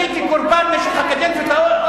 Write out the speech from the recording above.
מי מתנגד לעיתונאים?